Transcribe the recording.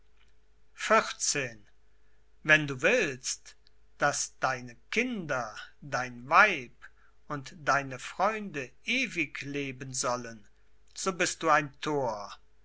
wenn du willst daß deine kinder dein weib und deine freunde ewig leben sollen so bist du ein thor